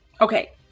Okay